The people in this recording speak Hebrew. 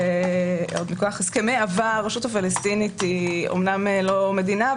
שמכוח הסכמי עבר הרשות הפלסטינית היא אמנם לא מדינה,